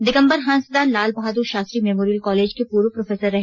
Digambar Hansda Lal Bahadur Shastri memorial college के पुर्व professor रहे